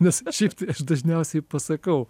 nes šiaip tai dažniausiai pasakau